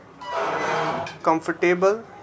comfortable